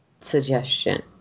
suggestion